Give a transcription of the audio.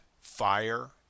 fire